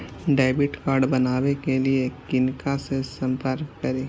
Debit card बनावे के लिए किनका से संपर्क करी?